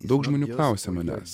daug žmonių klausia manęs